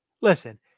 listen